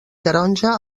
taronja